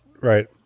right